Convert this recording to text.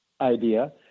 idea